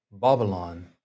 Babylon